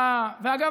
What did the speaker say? אגב,